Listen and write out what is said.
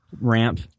ramp